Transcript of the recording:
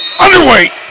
Underweight